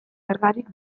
zergarik